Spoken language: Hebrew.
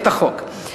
את החוק.